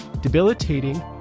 debilitating